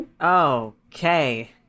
Okay